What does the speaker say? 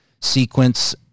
sequence